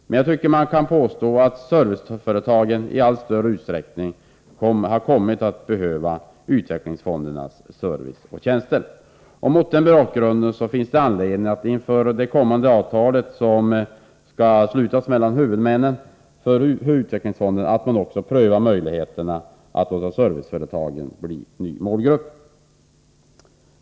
Men jag tycker man kan påstå att serviceföretagen i allt större utsträckning har kommit att behöva utvecklingsfondernas service och tjänster. Mot den bakgrunden finns det anledning att inför det kommande avtalet, som skall slutas mellan huvudmännen för utvecklingsfonderna, pröva möjligheterna att låta serviceföretagen bli ny målgrupp.